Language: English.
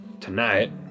tonight